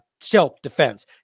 self-defense